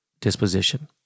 disposition